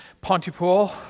Pontypool